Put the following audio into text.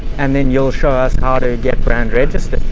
and then you'll show us how to get brand rate.